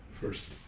first